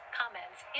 comments